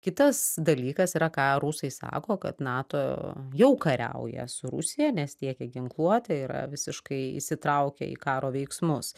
kitas dalykas yra ką rusai sako kad nato jau kariauja su rusija nes tiekia ginkluotę yra visiškai įsitraukę į karo veiksmus